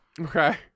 Okay